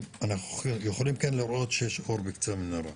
שאנחנו יכולים לראות אור בקצה המנהרה.